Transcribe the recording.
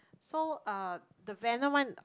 so uh the Venom one